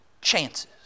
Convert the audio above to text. chances